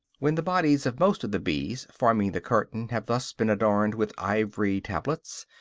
when the bodies of most of the bees forming the curtain have thus been adorned with ivory tablets,